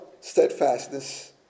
steadfastness